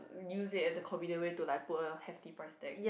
use it as a convenient way to like put a hefty price tag